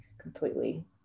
completely